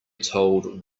told